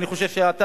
ואני חושב שאתה,